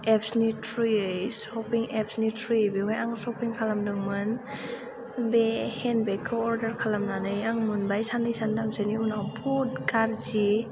एपनि थ्रुयै सपिं एपनि थ्रुयै बेवहाय आं सपिं खालामदोंमोन बे हेन्द बेगखौ अर्दार खालामनानै आं मोनबाय साननै सानथामसोनि उनाव बहुत गाज्रि